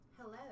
Hello